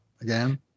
again